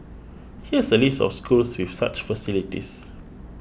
here's a list of schools with such facilities